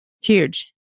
Huge